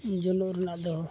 ᱡᱩᱞᱩᱜ ᱨᱮᱱᱟᱜ ᱫᱚ